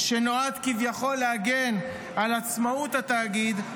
שנועד כביכול להגן על עצמאות התאגיד,